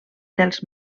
dels